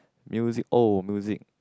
music oh music